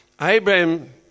Abraham